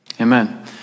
Amen